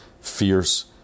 fierce